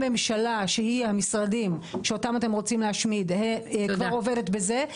הממשלה שהיא המשרדים שאותם אתם רוצים להשמיד כבר עובדת בזה,